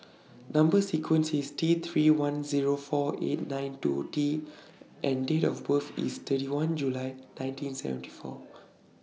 Number sequence IS T three one Zero four eight nine two T and Date of birth IS thirty one July nineteen seventy four